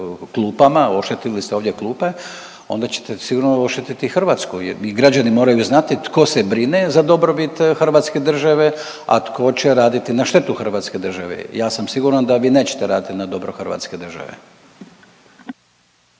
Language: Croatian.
klupama, oštetili ste ovdje klupe onda ćete sigurno oštetiti i Hrvatsku i građani moraju znati tko se brine za dobrobit hrvatske države, a tko će raditi na štetu hrvatske države. Ja sam siguran da vi nećete raditi na dobro hrvatske države.